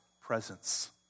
presence